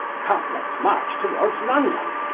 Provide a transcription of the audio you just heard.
come, let's march towards london.